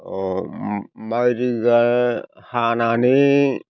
माइ हानानै